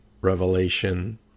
revelation